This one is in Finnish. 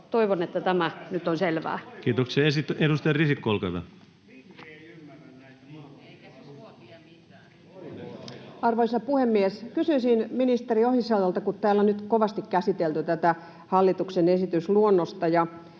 Toivon, että tämä nyt on selvää. Kiitoksia. — Edustaja Risikko, olkaa hyvä. Arvoisa puhemies! Kysymys ministeri Ohisalolle. Täällä on nyt kovasti käsitelty tätä hallituksen esitysluonnosta